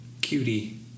Cutie